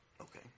Okay